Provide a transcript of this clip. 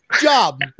job